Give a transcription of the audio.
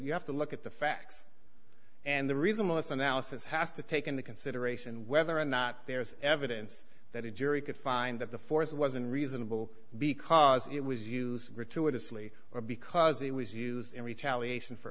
you have to look at the facts and the reason most analysis has to take into consideration whether or not there's evidence that a jury could find that the force wasn't reasonable because it was used gratuitously or because it was used in retaliation for